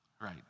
Right